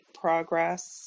progress